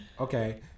Okay